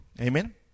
amen